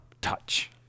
touch